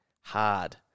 hard